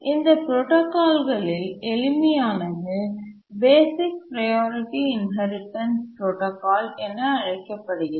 இந்த புரோடாகால் களில் எளிமையானது பேசிக் ப்ரையாரிட்டி இன்ஹெரிடன்ஸ் புரோடாகால் என அழைக்கப்படுகிறது